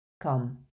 Come